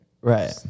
Right